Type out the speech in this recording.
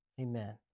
Amen